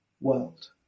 world